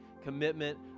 commitment